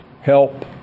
help